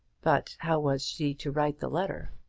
but how was she to write the letter?